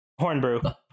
Hornbrew